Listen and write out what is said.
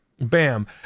Bam